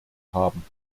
haben